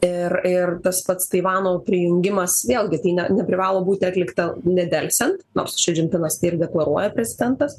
ir ir tas pats taivano prijungimas vėlgi tai ne neprivalo būti atlikta nedelsiant nors ši džin pinas tai ir deklaruoja prezidentas